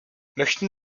möchten